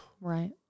right